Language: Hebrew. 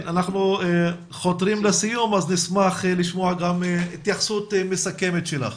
אנחנו חותרים לסיום ונשמח לשמוע התייחסות מסכמת שלך.